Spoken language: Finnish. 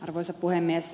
arvoisa puhemies